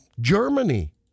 Germany